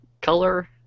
color